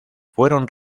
fueron